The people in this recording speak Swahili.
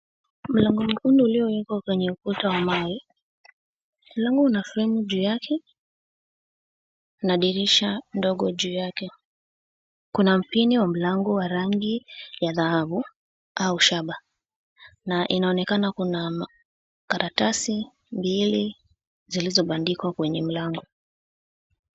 Mlangoni humo uliowekwa kwenye ukuta wa mawe. Mlango una fremu juu yake na dirisha dogo juu yake. Kuna mpini wa mlango wa rangi ya dhahabu au ya shaba, na inaonekana kuna karatasi mbili zilizobandikwa kwenye mlango.